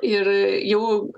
ir jau